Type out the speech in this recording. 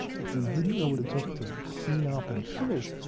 if we didn't know what it took to clean up and finish,